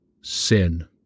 sin